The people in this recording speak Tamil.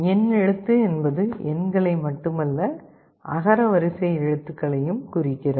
எண்ணெழுத்து என்பது எண்களை மட்டுமல்ல அகரவரிசை எழுத்துக்களையும் குறிக்கிறது